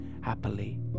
happily